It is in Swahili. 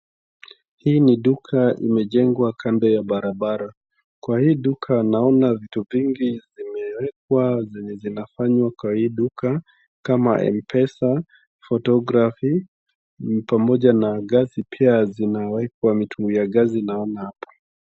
Hii ni duka imejengwa kando ya barabara. Kwa hii duka naona vitu vingi vimewekwa zenye zinafanywa kwa hii duka kama M-PESA, photography pamoja na gasi pia zinawekwa mitungi ya gasi naona hapa.